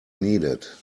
needed